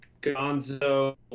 Gonzo